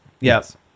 Yes